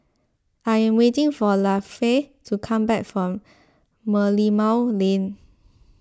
I am waiting for Lafe to come back from Merlimau Lane